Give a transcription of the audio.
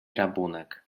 rabunek